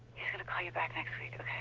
gonna call you back next week.